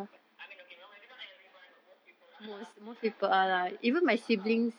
I mean okay no maybe not everyone but most people are ya lah a'ah